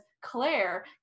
Claire